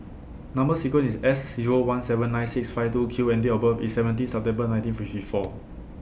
Number sequence IS S Zero one seven nine six five two Q and Date of birth IS seventeen September nineteen fifty four